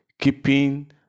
Keeping